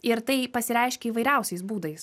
ir tai pasireiškia įvairiausiais būdais